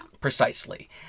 Precisely